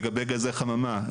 לגבי גזי חממה,